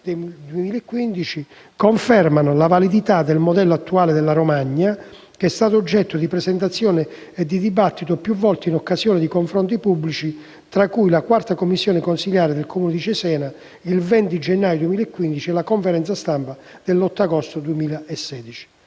2015, confermano la validità del modello attuale della Romagna, che è stato oggetto di presentazione e dibattito più volte in occasione di confronti pubblici, fra cui la quarta commissione consigliare del Comune di Cesena, il 20 maggio 2015 e la conferenza stampa dell'8 agosto 2016.